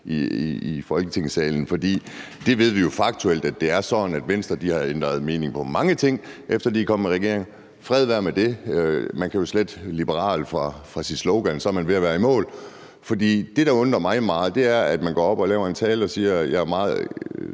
i Folketingssalen. For vi ved jo faktuelt, at det er sådan, at Venstre har ændret mening om mange ting, efter at de er kommet i regering – fred være med det – og man kan jo slette ordet liberal fra sit slogan, og så er man ved at være i mål. Det, der undrer mig meget, er, at man går op og holder en tale og siger, at man er meget